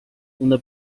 una